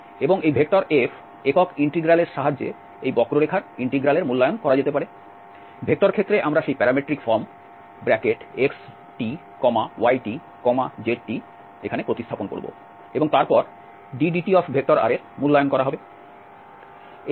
এবং এই F একক ইন্টিগ্রাল এর সাহায্যে এই বক্ররেখার ইন্টিগ্রাল এর মূল্যায়ন করা যেতে পারে ভেক্টর ক্ষেত্রে আমরা সেই প্যারামেট্রিক ফর্ম xtytzt প্রতিস্থাপন করব এবং তারপর drdt এর মূল্যায়ন করা হবে